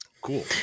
Cool